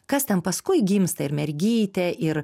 kas ten paskui gimsta ir mergytė ir